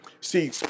See